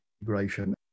integration